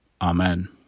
Amen